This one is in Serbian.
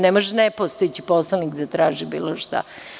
Ne može nepostojeći poslanik da traži bilo šta.